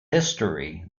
history